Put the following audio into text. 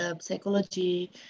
psychology